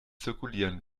zirkulieren